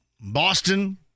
Boston